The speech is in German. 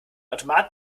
automat